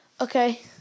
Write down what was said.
Okay